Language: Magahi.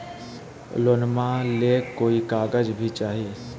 लोनमा ले कोई कागज भी चाही?